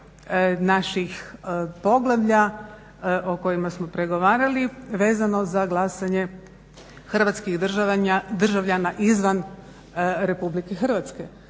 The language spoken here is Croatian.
naših poglavlja o kojima smo pregovarali vezano za glasanje hrvatskih državljana izvan Republike Hrvatske,